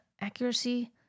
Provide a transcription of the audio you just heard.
accuracy